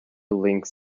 links